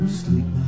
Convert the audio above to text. sleep